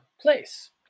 place